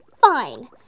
Fine